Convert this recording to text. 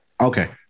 Okay